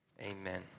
Amen